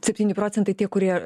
septyni procentai tie kurie